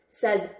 says